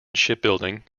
shipbuilding